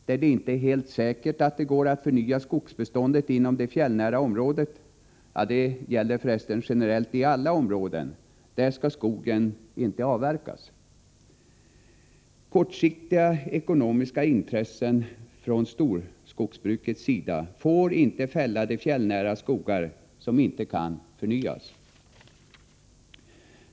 Där det inte är helt säkert att det går att förnya skogsbeståndet inom det fjällnära området — detta gäller för resten generellt i alla områden — skall skogen inte avverkas. Kortsiktiga ekonomiska intressen från storskogsbrukets sida får inte fälla de fjällnära skogar som inte kan förnyas.